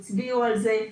הצביעו על זה.